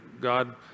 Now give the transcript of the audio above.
God